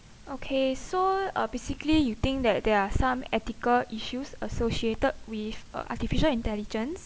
okay so uh basically you think that there are some ethical issues associated with uh artificial intelligence